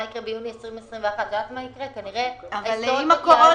מה יקרה ביוני 2021. אם